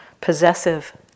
possessive